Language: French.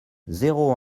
zéro